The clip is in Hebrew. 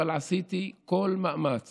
אבל עשיתי כל מאמץ